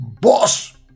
Boss